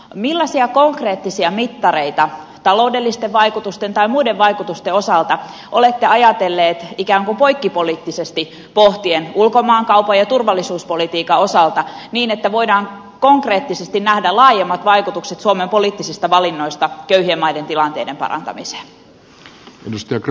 millaisia konkreettisia mittareita taloudellisten vaikutusten tai muiden vaikutusten osalta olette ajatellut ikään kuin poikkipoliittisesti pohtien ulkomaankaupan ja turvallisuuspolitiikan osalta niin että voidaan konkreettisesti nähdä laajemmat vaikutukset suomen poliittisista valinnoista köyhien maiden tilanteiden parantamiseen